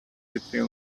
between